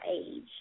age